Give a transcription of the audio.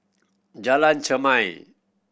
Jalan Chermai